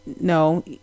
no